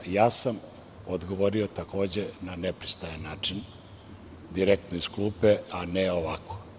Ja sam odgovorio, takođe, na nepristojan način, direktno iz klupe, a ne ovako.